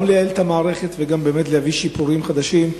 לייעל את המערכת וגם להביא שיפורים חדשים.